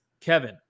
Kevin